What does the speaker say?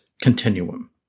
continuum